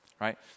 right